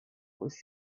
was